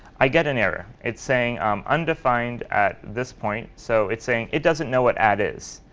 i get an error. it's saying um undefined at this point. so it's saying it doesn't know what add is.